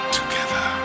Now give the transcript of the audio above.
together